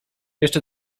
jeszcze